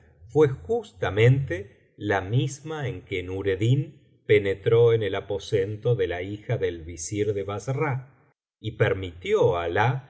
fué justamente la misma en que nureddin penetró en el aposento de la hija del visir de bassra y permitió alah